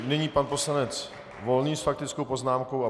Nyní pan poslanec Volný s faktickou poznámkou.